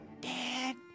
Dad